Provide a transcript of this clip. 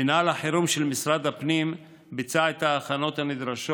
מינהל החירום של משרד הפנים ביצע את ההכנות הנדרשות